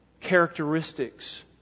characteristics